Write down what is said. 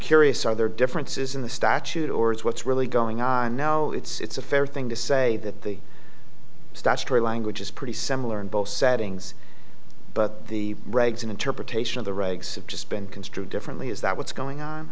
curious are there differences in the statute or is what's really going on no it's a fair thing to say that the statutory language is pretty similar in both settings but the regs and interpretation of the regs have just been construed differently is that what's going